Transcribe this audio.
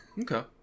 Okay